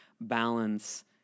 balance